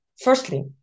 firstly